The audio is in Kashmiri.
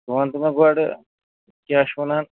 ژٕ وَن تہٕ مےٚ گۄڈٕ کیٛاہ چھِ وَنان